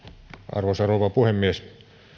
arvoisa rouva puhemies